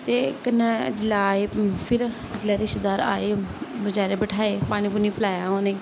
ते कन्नै जेल्लै आए फिर जेल्लै रिश्तेदार आए बेचारे बठेयाए पानी पूनी पलाया उ'नेंगी